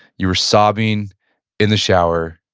you were sobbing in the shower,